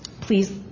please